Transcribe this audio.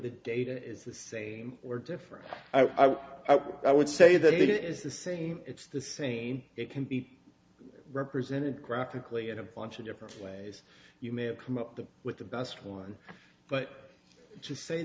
the data is the same or different i would say that it is the same it's the same it can be represented graphically in a bunch of different ways you may have come up with the best one but to say